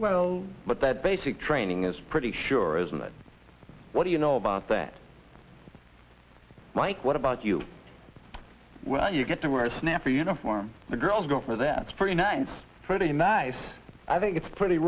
well but that basic training is pretty sure isn't that what do you know about that mike what about you well you get to wear a snaffle uniform the girls go for that for a nice pretty nice i think it's pretty